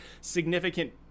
significant